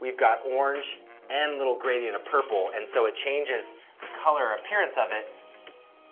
we've got orange and little gradient of purple. and so it changes color appearance of it